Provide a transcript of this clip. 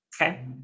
Okay